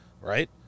right